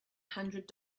hundred